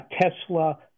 Tesla